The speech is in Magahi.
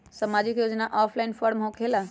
समाजिक योजना ऑफलाइन फॉर्म होकेला?